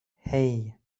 hei